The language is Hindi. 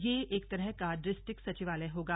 यह एक तरह का डिस्ट्रिक्ट सचिवालय होगा